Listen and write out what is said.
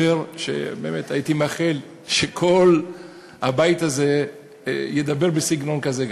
הייתי מאחל שכל הבית הזה גם כן ידבר בסגנון כזה.